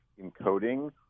encoding